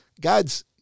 God's